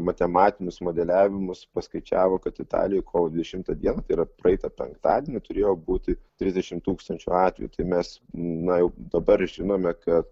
matematinius modeliavimus paskaičiavo kad italijoj kovo dvidešimtą dieną tai yra praeitą penktadienį turėjo būti trisdešimt tūkstančių atvejų tai mes na jau dabar žinome kad